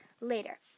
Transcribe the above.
later